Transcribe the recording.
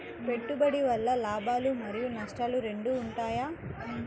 పెట్టుబడి వల్ల లాభాలు మరియు నష్టాలు రెండు ఉంటాయా?